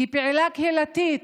כפעילה קהילתית,